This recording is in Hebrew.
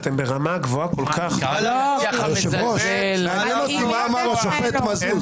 אתם ברמה גבוהה כל כך ------ מה אמר השופט מזוז?